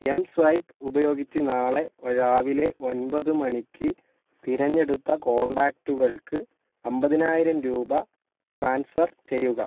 M swipe ഉപയോഗിച്ച് നാളെ രാവിലെ ഒൻപത് മണിക്ക് തിരഞ്ഞെടുത്ത കോൺടാക്റ്റുകൾക്ക് അമ്പതിനായിരം രൂപ ട്രാൻസ്ഫർ ചെയ്യുക